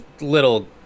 little